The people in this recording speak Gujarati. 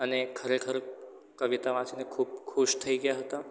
અને ખરેખર એ કવિતા વાંચીને ખૂબ ખુશ થઈ ગયા હતા